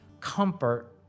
comfort